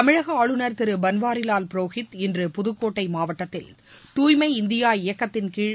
தமிழக ஆளுநர் திரு பன்வாரிலால் புரோஹித் இன்று புதக்கோட்டை மாவட்டத்தில் தூய்மை இந்தியா இயக்கத்தின்கீழ்